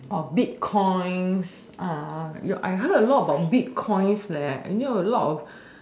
bitcoins I heard a lot about bitcoins I hear a lot of